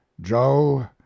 Joe